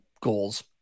goals